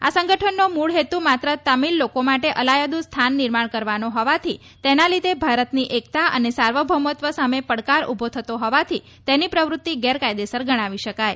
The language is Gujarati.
આ સંગઠનનો મુળ હેતુ માત્ર તમિલ લોકો માટે અલયાદું સ્થાન નિર્માણ કરવાનો હોવાથી તેના લીધે ભારતની એકતા અને સાર્વભૌમત્વ સામે પડકાર ઉભો થતો હોવાથી તેની પ્રવૃત્તિ ગેરકાયદેસર ગણાવી શકાય